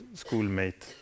schoolmate